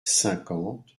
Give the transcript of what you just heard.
cinquante